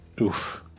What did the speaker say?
Oof